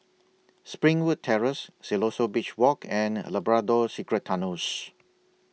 Springwood Terrace Siloso Beach Walk and A Labrador Secret Tunnels